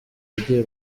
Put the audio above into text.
yagiye